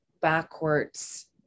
backwards